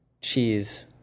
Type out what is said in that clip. cheese